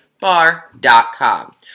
bar.com